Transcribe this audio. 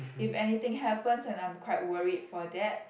if anything happens and I'm quite worried for that